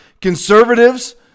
conservatives